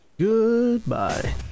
goodbye